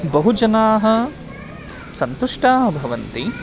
बहु जनाः सन्तुष्टाः भवन्ति